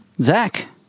Zach